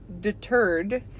deterred